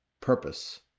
purpose